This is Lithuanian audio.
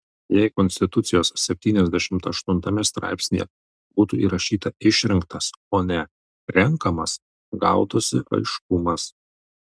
jei konstitucijos septyniasdešimt aštuntame straipsnyje būtų įrašyta išrinktas o ne renkamas gautųsi aiškumas